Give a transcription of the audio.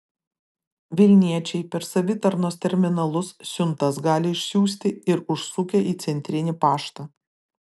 vilniečiai per savitarnos terminalus siuntas gali išsiųsti ir užsukę į centrinį paštą